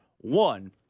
One